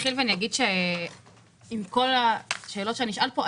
אתחיל ואגיד שעם כל השאלות שנשאל פה,